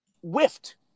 whiffed